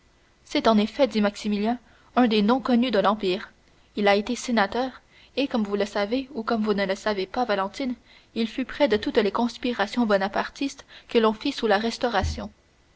c'est en effet dit maximilien un des noms connus de l'empire il a été sénateur et comme vous le savez ou comme vous ne le savez pas valentine il fut près de toutes les conspirations bonapartistes que l'on fit sous la restauration